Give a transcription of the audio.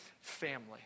family